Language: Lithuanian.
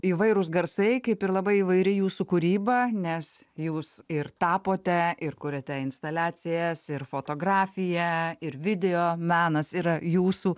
įvairūs garsai kaip ir labai įvairi jūsų kūryba nes jūs ir tapote ir kuriate instaliacijas ir fotografiją ir video menas yra jūsų